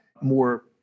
more